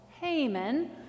Haman